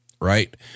Right